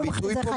הביטוי פה מטעה.